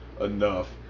enough